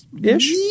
ish